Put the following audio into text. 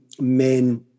men